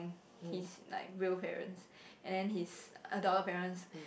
mm his like real parents and then his adoptive parents